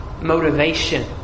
motivation